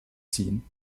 ziehen